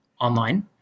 online